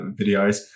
videos